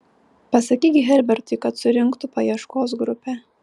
pasakyk herbertui kad surinktų paieškos grupę